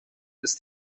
ist